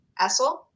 Essel